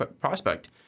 prospect